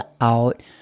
out